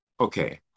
okay